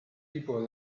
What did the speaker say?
tipo